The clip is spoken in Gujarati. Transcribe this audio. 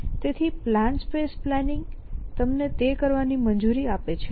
તેથી પ્લાન સ્પેસ પ્લાનિંગ તમને તે કરવાની મંજૂરી આપે છે